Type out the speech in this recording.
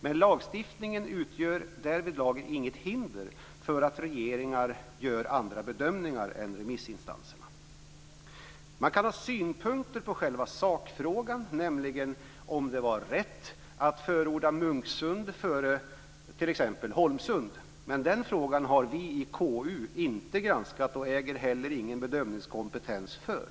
Men lagstiftningen utgör därvidlag inget hinder för att regeringar gör andra bedömningar än remissinstanserna. Man kan ha synpunkter på själva sakfrågan, nämligen om det var rätt att förorda Munksund före t.ex. Holmsund. Men den frågan har vi i KU inte granskat och äger inte heller någon bedömningskompetens för.